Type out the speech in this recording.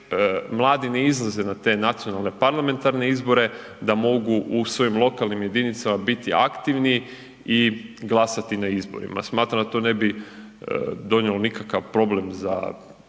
mladi ne izlaze na te nacionalne parlamentarne izbore, da mogu u svojim lokalnim jedinicama biti aktivni i glasati na izborima, smatram da to ne bi donijelo nikakav problem za